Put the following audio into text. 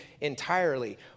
entirely